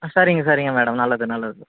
சரிங்க சரிங்க மேடம் நல்லது நல்லது